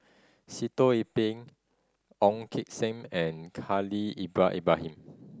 Sitoh Yih Pin Ong Kim Seng and Haslir Ibrahim